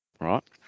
Right